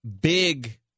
big